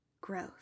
growth